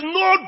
no